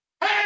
Hey